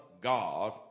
God